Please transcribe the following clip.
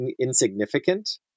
insignificant